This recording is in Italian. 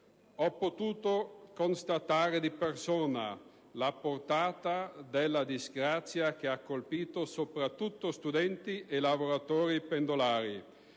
Ho potuto constatare di persona la portata della disgrazia, che ha colpito soprattutto studenti e lavoratori pendolari.